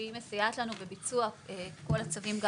שהיא מסייעת לנו בביצוע כל הצווים,